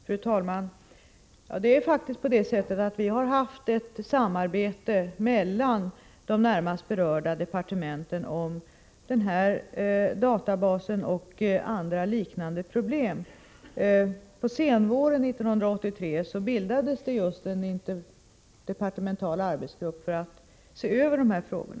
Fru talman! Det är faktiskt på det sättet att vi har haft ett samarbete mellan de närmast berörda departementen om den här databasen och andra liknande problem. På senvåren 1983 bildades en interdepartemental arbetsgrupp för att se över dessa frågor.